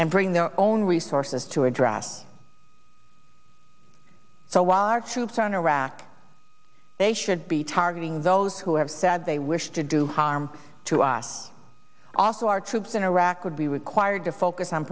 and bring their own resources to address so why our troops are in iraq they should be targeting those who have said they wish to do harm to us also our troops in iraq would be required to focus on